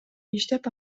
иштеп